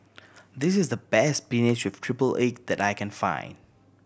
this is the best spinach with triple egg that I can find